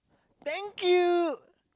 thank you